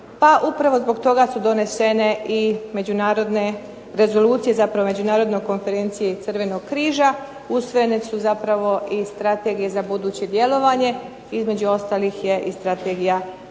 upravo zbog toga su donesene međunarodne rezolucije, odnosno međunarodne konferencije Crvenog križa, ... su zapravo strategije za buduće djelovanje između ostalih je i Strategija 2020. godine